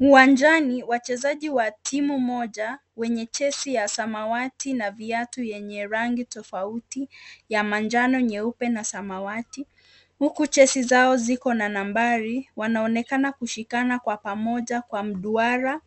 Uwanjani wachezaji wa timu moja wenye, jezi ya samawati na viatu yenye rangi tofauti ya manjano, nyeupe na samawati, huku jezi zao ziko na nambari wanaonekana kushikana kwa mduara